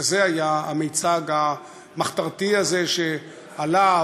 כזה היה המיצג המחתרתי הזה שעלה,